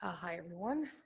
ah hi, everyone.